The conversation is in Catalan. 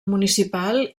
municipal